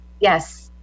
Yes